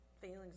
Feelings